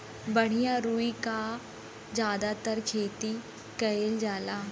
बढ़िया रुई क जादातर खेती कईल जाला